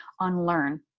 unlearn